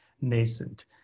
nascent